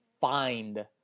find